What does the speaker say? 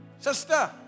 Sister